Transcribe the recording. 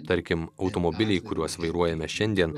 tarkim automobiliai kuriuos vairuojame šiandien